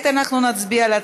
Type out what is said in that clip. או אחת מתנגד, אין נמנעים.